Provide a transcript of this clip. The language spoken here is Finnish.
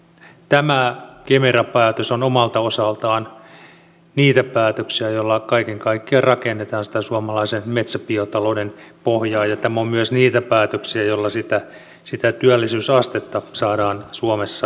tämä kemera päätös on omalta osaltaan niitä päätöksiä joilla kaiken kaikkiaan rakennetaan sitä suomalaisen metsäbiotalouden pohjaa ja tämä on myös niitä päätöksiä joilla sitä työllisyysastetta saadaan suomessa ylöspäin